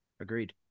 Agreed